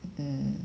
mm